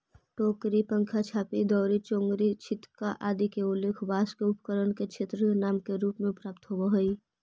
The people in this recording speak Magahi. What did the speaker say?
टोकरी, पंखा, झांपी, दौरी, चोंगरी, छितका आदि के उल्लेख बाँँस के उपकरण के क्षेत्रीय नाम के रूप में प्राप्त होवऽ हइ